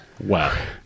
Wow